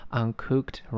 uncooked